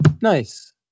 Nice